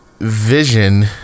vision